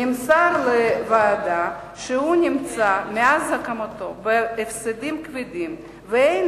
נמסר לוועדה שהוא נמצא מאז הקמתו בהפסדים כבדים ואין